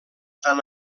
tan